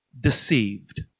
deceived